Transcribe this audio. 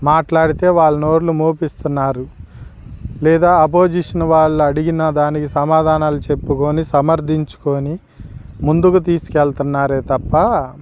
మాట్లాడితే వాళ్ళ నోళ్ళు మూపిస్తున్నారు లేదా అపోజిషన్ వాళ్ళు అడిగిన దానికి సమాధానాలు చెప్పుకొని సమర్థించుకొని ముందుకు తీసుకెళుతున్నారే తప్ప